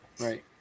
right